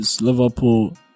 Liverpool